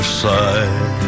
side